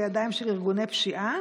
לידיים של ארגוני פשיעה,